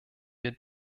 wir